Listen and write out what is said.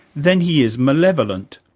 then he is malevolent.